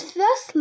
thus